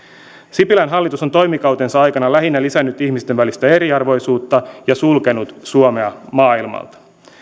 sipilän hallitus on toimikautensa aikana lähinnä lisännyt ihmisten välistä eriarvoisuutta ja sulkenut suomea maailmalta